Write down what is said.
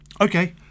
okay